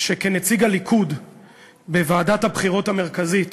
שכנציג הליכוד בוועדת הבחירות המרכזית